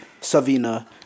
Savina